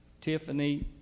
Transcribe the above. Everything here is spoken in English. Tiffany